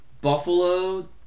Buffalo